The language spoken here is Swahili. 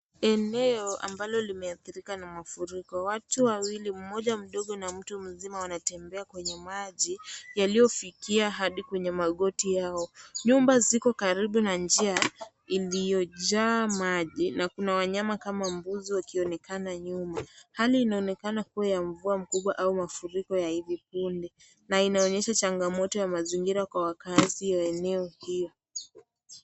Eneo ambalo limeathirika na mafuriko. Watu wawili mmoja mdogo na mtu mzima wanatembea kwenye maji yaliyofikia hadi kwenye magoti yao. Nyumba ziko karibu na njia iliyojaa maji. Na kuna wanyama kama mbuzi wakionekana nyuma. Hali inaonekana kuwa ya mvua kubwa au mafuriko ya ivi punde. Na inaonyesha changamoto ya mazingira kwa wakazi wa eneo hiyo.